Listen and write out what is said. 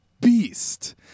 beast